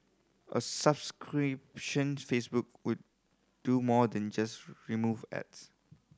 a subscription Facebook would do more than just remove ads